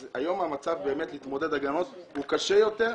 אז היום המצב של הגננות באמת להתמודד הוא קשה יותר.